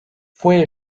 fue